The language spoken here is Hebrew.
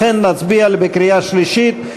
לכן נצביע בקריאה שלישית,